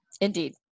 indeed